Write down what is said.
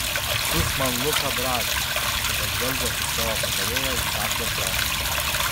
atsiųsk man luką brazį pažvelgęs į savo patarėją įsakė donas